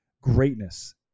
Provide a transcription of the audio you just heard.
greatness